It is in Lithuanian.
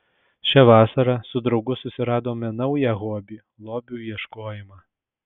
šią vasarą su draugu susiradome naują hobį lobių ieškojimą